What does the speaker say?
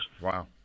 Wow